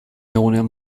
egunean